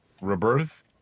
Rebirth